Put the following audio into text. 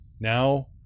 now